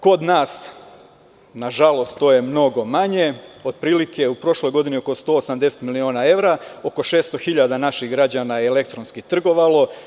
Kod nas, nažalost, to je mnogo manje, otprilike u prošloj godini oko 180 miliona evra, oko 600 hiljada naših građana je elektronski trgovalo.